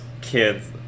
Kids